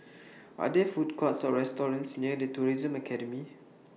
Are There Food Courts Or restaurants near The Tourism Academy